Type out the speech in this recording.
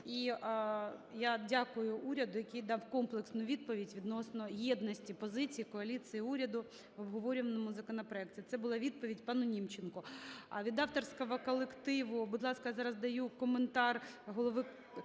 І я дякую уряду, який дав комплексну відповідь відносно єдності позицій коаліції уряду в обговорюваному законопроекті. Це була відповідь пану Німченко.